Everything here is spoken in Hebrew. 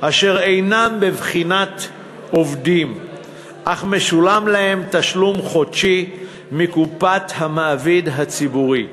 אשר אינם בבחינת עובדים אך משולם להם תשלום חודשי מקופת המעביד הציבורי,